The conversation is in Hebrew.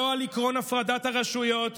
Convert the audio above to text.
לא על עקרון הפרדת הרשויות,